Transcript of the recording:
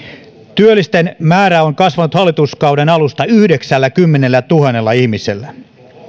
työllisten määrä on kasvanut hallituskauden alusta yhdeksälläkymmenellätuhannella ihmisellä